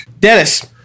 Dennis